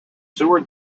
sewer